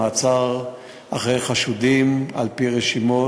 מעצר חשודים על-פי רשימות,